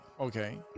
Okay